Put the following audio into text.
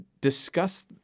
discuss